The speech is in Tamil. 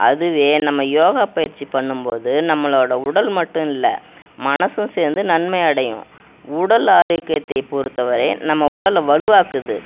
அதுவே நம்ம யோகா பயிற்சி பண்ணும் போது நம்மளோடய உடல் மட்டும் இல்லை மனதும் சேர்ந்து நன்மை அடையும் உடல் ஆரோக்கியத்தை பொறுத்த வரை நம்ம உடலை வலுவாக்குது